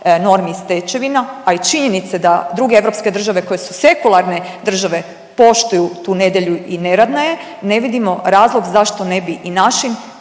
normi i stečevina, a i činjenice da druge europske države koje su sekularne države poštuju tu nedjelju i neradna je ne vidim razlog zašto ne bi i našim